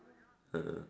uh